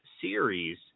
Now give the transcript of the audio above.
series